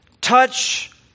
touch